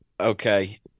Okay